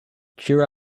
cheer